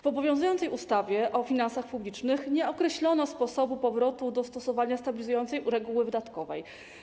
W obowiązującej ustawie o finansach publicznych nie określono sposobu powrotu do stosowania stabilizującej reguły wydatkowej.